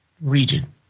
region